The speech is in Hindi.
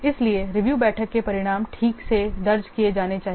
इसलिए रिव्यू बैठक के परिणाम ठीक से दर्ज किए जाने चाहिए